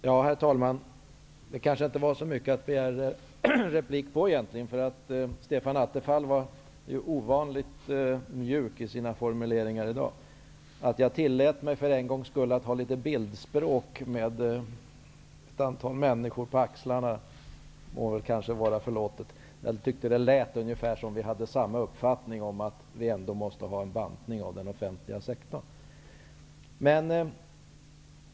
Herr talman! Egentligen är kanske inte anledningen till att begära replik så stor, eftersom Stefan Attefall var ovanligt mjuk i sina formuleringar i dag. Att jag för en gångs skull tillät mig bildspråk, som ett antal människor på axlarna, må väl vara förlåtet. Det lät emellertid ungefär som att vi hade samma uppfattning, nämligen att den offentliga sektorn ändå måste bantas.